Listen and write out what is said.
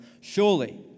Surely